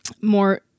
more